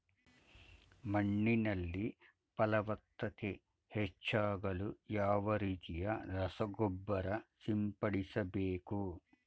ಮಣ್ಣಿನಲ್ಲಿ ಫಲವತ್ತತೆ ಹೆಚ್ಚಾಗಲು ಯಾವ ರೀತಿಯ ರಸಗೊಬ್ಬರ ಸಿಂಪಡಿಸಬೇಕು?